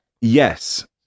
Yes